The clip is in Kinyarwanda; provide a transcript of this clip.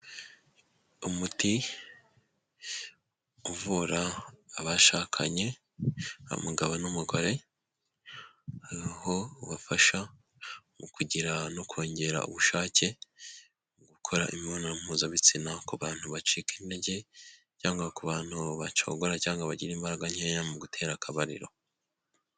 Umuti uvura abashakanye, umugabo n'umugore. Aho ubafasha mu kugira no kongera ubushake, gukora imibonano mpuzabitsina ku bantu bacika intege cyangwa ku bantu bacogora cyangwa bagira imbaraga nkeya mu gutera akabariro.